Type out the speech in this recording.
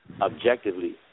objectively